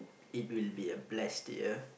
it will be a blessed year